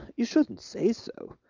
you shouldn't say so,